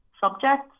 subjects